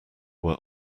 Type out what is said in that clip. were